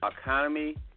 economy